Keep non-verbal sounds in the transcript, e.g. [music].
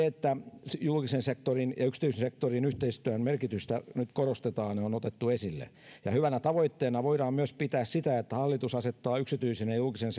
[unintelligible] että julkisen sektorin ja yksityisen sektorin yhteistyön merkitystä nyt korostetaan ja on otettu esille [unintelligible] hyvänä tavoitteena voidaan myös pitää sitä että hallitus asettaa yksityisen ja julkisen [unintelligible]